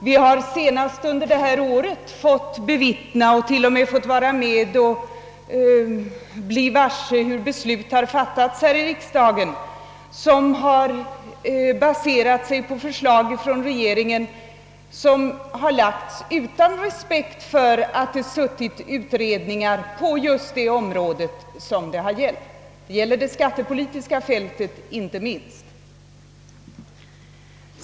Vi har senast under det här året fått bevittna hur riksdagen har fattat beslut som har baserats på förslag vilka har Jlagts fram av regeringen utan respekt för att det har arbetat utredningar på just de speciella områdena — det. gäller. inte minst på det skattepolitiska fältet.